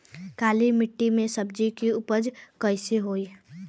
काली मिट्टी में सब्जी के उपज कइसन होई?